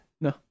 No